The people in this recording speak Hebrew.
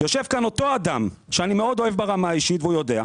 יושב כאן אותו אדם שאני מאוד אוהב ברמה האישית והוא יודע,